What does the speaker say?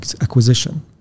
acquisition